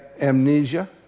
amnesia